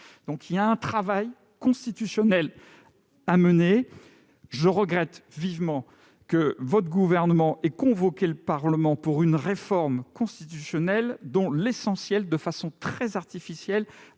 donc un travail constitutionnel à mener. Je regrette vivement que le Gouvernement ait convoqué le Parlement pour une réforme constitutionnelle dont l'essentiel, de façon très artificielle,